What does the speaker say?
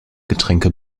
getränke